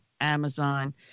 Amazon